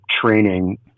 training